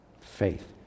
Faith